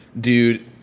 Dude